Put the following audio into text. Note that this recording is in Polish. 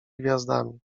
gwiazdami